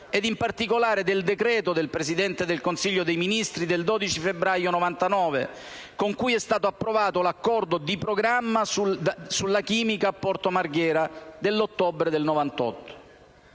e, in particolare, del decreto del Presidente del Consiglio dei ministri del 12 febbraio 1999, con cui è stato approvato l'accordo di programma sulla chimica a Porto Marghera dell'ottobre del 1998.